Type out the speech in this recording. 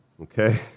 Okay